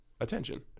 attention